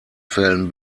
fällen